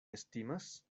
estimas